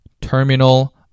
terminal